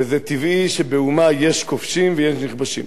וזה טבעי שבאומה יש כובשים ויש נכבשים.